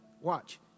watch